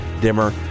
Dimmer